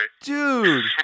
Dude